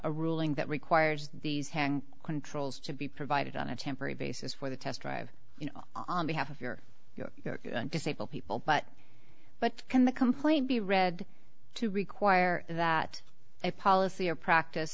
a ruling that requires these hang controls to be provided on a temporary basis for the test drive on behalf of your disabled people but but can the complaint be read to require that a policy or practice